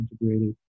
integrated